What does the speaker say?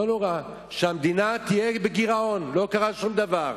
לא נורא, שהמדינה תהיה בגירעון, לא קרה שום דבר.